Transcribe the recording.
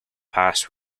past